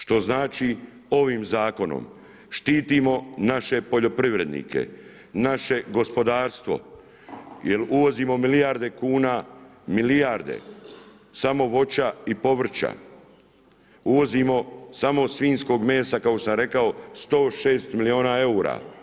Što znači ovim zakonom štitimo naše poljoprivrednike, naše gospodarstvo jer uvozimo milijarde kuna, milijarde samo voća i povrća, uvozimo samo svinjskog mesa kao što sam rekao, 106 milijuna eura.